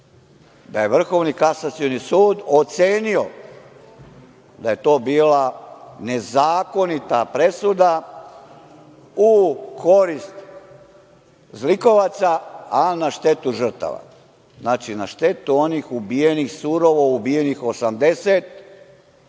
da je Vrhovni kasacioni sud ocenio da je to bila nezakonita presuda u korist zlikovaca, a na štetu žrtava. Znači, na štetu onih ubijenih surovo, ubijenih 80,